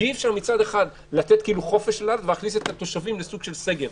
אי אפשר מצד אחד לתת כאילו חופש לאילת ולהכניס את התושבים לסוג של סגר,